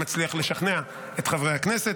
אם נצליח לשכנע את חברי הכנסת.